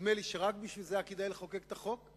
נדמה לי שרק בשביל זה היה כדאי לחוקק את החוק,